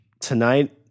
tonight